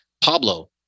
Pablo